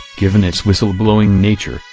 given its whistle-blowing nature,